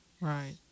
Right